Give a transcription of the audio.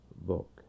book